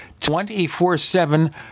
24-7